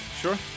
Sure